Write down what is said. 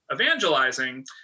evangelizing